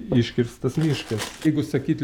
iškirstas miškas jeigu sakyt